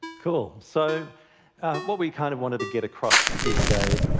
cool. so what we kind of wanted to get across here today,